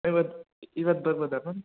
ಇವತ್ತು ಇವತ್ತು ಬರ್ಬೋದಾ ಮ್ಯಾಮ್